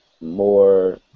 more